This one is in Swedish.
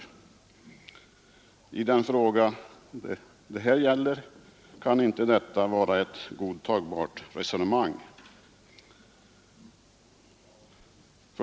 Men i den fråga det här gäller kan inte detta vara ett godtagbart resonemang.